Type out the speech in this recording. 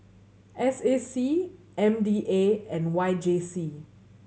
S A C M D A and Y J C